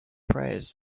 prayers